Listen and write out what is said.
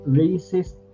racist